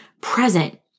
present